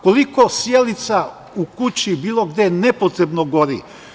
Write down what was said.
Koliko sijalica u kući, bilo gde, neprekidno gori.